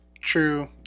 True